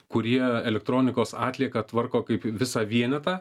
kurie elektronikos atlieką tvarko kaip visą vienetą